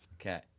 Okay